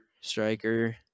Striker